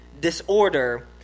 disorder